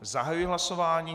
Zahajuji hlasování.